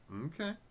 Okay